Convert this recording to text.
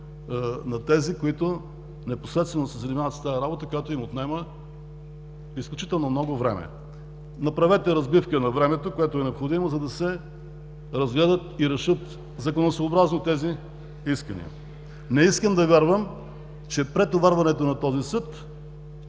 на хората, които непосредствено се занимават с тази работа, която им отнема изключително много време. Направете разбивка на времето, което е необходимо, за да се разгледат и решат законосъобразно тези искания. Не искам да вярвам, че претоварването на този Съд